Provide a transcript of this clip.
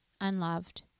unloved